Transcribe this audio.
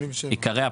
עיקרי הפנייה: